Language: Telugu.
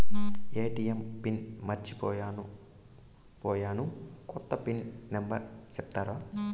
ఎ.టి.ఎం పిన్ మర్చిపోయాను పోయాను, కొత్త పిన్ నెంబర్ సెప్తారా?